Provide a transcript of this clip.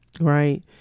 right